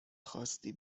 خواستی